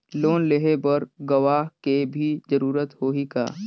Loan लेहे बर गवाह के भी जरूरत होही का?